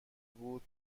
بود